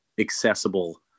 accessible